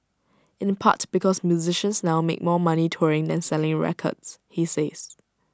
in the part because musicians now make more money touring than selling records he says